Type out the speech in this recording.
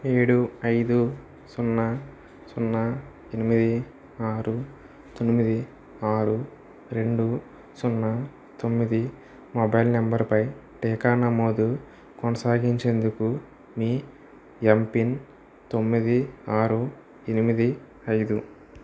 ఏడు ఐదు సున్నా సున్నా ఎనిమిది ఆరు తొమ్మిది ఆరు రెండు సున్నా తొమ్మిది మొబైల్ నంబరుపై టీకా నమోదు కొనసాగించేందుకు మీ ఎంపిన్ తొమ్మిది ఆరు ఎనిమిది ఐదు